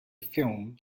film